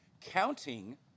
counting